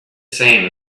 same